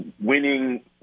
winning